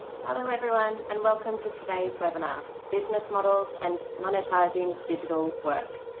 hello, everyone, and welcome to today's webinar business models and monetising digital work.